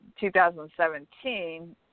2017